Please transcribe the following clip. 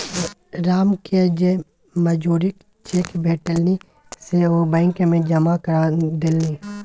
रामकेँ जे मजूरीक चेक भेटलनि से ओ बैंक मे जमा करा देलनि